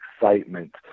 excitement